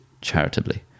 charitably